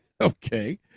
Okay